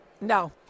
No